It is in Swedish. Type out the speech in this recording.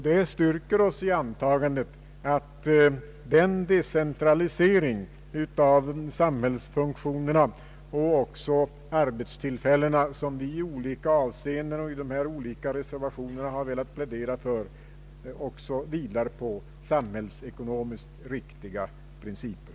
Det styrker oss i antagandet att den decentralisering av samhällsfunktionerna och även arbetstillfällena som vi i olika avseenden och i dessa reservationer har velat plädera för vilar på samhällsekonomiskt riktiga principer.